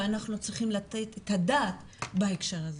ואנחנו צריכים לתת את הדעת בהקשר הזה.